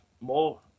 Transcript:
more